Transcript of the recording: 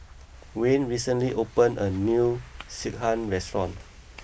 Wayne recently opened a new Sekihan restaurant